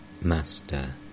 Master